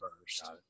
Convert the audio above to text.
first